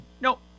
nope